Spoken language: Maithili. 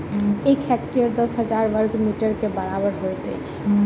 एक हेक्टेयर दस हजार बर्ग मीटर के बराबर होइत अछि